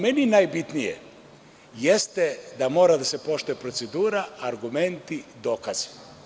Meni najbitnije jeste da mora da se poštuje procedura, argumenti, dokazi.